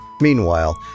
Meanwhile